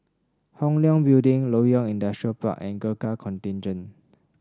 Hong Leong Building Loyang Industrial Park and Gurkha Contingent